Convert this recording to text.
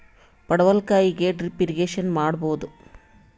ಪಡವಲಕಾಯಿಗೆ drip irrigation ಮಾಡಬೋದ?